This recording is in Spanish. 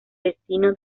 destino